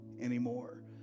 anymore